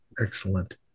excellent